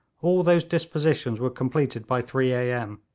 all those dispositions were completed by three a m,